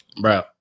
Bro